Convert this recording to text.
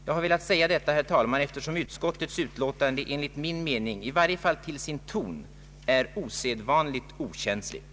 Jag har velat säga detta, herr talman, eftersom utskottets utlåtande i varje fall till sin ton är ganska okänsligt.